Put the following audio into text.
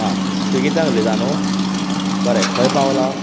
आं स्विगींतल्यान उलयता नू बरें खंय पावला